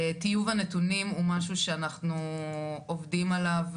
טיוב הנתונים הוא משהו שאנחנו עובדים עליו,